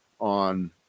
on